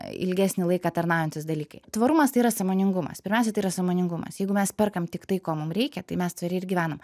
ilgesnį laiką tarnaujantys dalykai tvarumas tai yra sąmoningumas pirmiausia tai yra sąmoningumas jeigu mes perkam tik tai ko mums reikia tai mes tvariai ir gyvenam